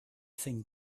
thing